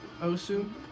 Osu